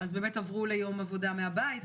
עברו ליום עבודה מהבית.